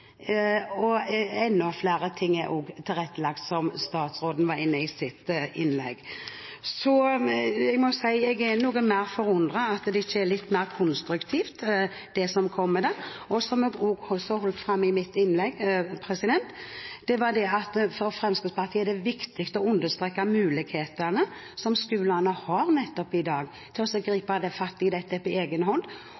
og enda mer er det tilrettelagt for, som statsråden var inne på i sitt innlegg. Så jeg må si jeg er noe mer forundret over at det ikke er litt mer konstruktivt, det som kommer. Det som jeg også holdt fram i mitt innlegg, var at for Fremskrittspartiet er det viktig å understreke muligheten som skolene har i dag til